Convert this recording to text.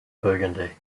burgundy